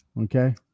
Okay